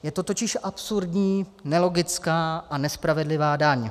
Je to totiž absurdní, nelogická a nespravedlivá daň.